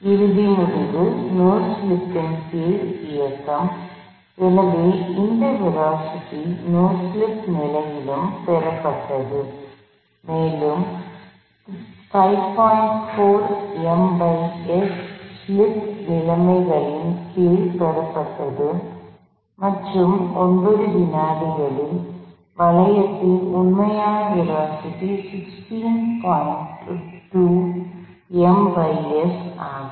இறுதி முடிவு நோ ஸ்லிப்பின் கீழ் இயக்கம் எனவே இந்த வேலோஸிட்டி நோ ஸ்லிப் நிலையிலும் பெறப்பட்டது மேலும் ஸ்லிப் நிலைமைகளின் கீழ் பெறப்பட்டது மற்றும் 9 வினாடிகளில் வளையத்தின் உண்மையான வேலோஸிட்டி ஆகும்